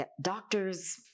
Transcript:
doctor's